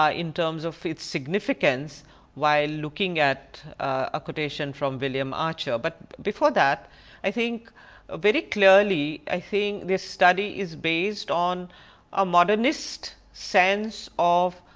in terms of its significance while looking at a quotation from william archer, but before that i think a very clearly i think this study is based on a modernist sense of